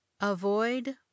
Avoid